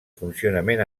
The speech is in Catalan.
funcionament